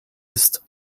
ist